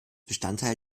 bestandteil